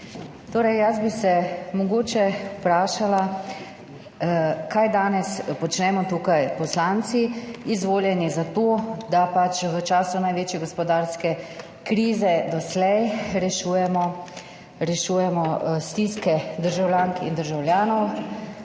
jaz bi se mogoče vprašala, kaj danes počnemo tukaj poslanci, izvoljeni za to, da pač v času največje gospodarske krize doslej rešujemo, rešujemo stiske državljank in državljanov,